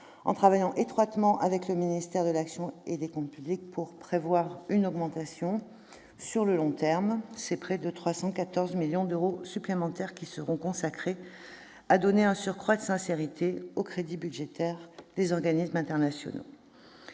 en étroite collaboration avec le ministère de l'action et des comptes publics, pour prévoir une augmentation des crédits : sur le long terme, ce sont près de 314 millions d'euros supplémentaires qui serviront à donner un surcroît de sincérité aux crédits budgétaires des organismes internationaux.